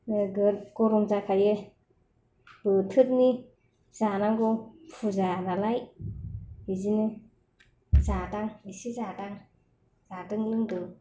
नोगोद गरम जाखायो बोथोरनि जानांगौ फुजा नालाय बिदिनो जादों एसे जादों जादों लोंदों